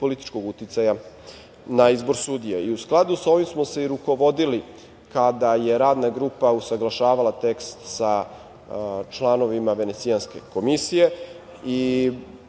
političkog uticaja na izbor sudija. U skladu sa ovim smo se i rukovodili, kada je Radna grupa usaglašavala tekst sa članovima Venecijanske komisije. Naravno,